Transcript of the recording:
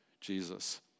Jesus